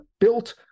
built